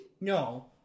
No